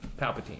Palpatine